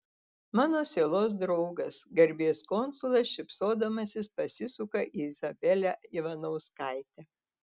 mano sielos draugas garbės konsulas šypsodamasis pasisuka į izabelę ivanauskaitę